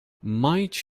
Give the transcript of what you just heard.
might